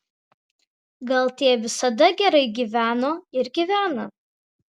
gal tie visada gerai gyveno ir gyvena